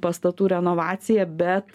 pastatų renovacija bet